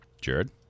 Jared